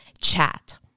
chat